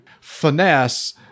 finesse